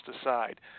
aside